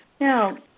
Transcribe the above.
Now